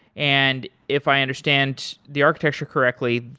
and if i understand the architecture correctly,